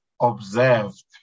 observed